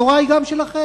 התורה היא גם שלכם.